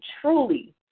truly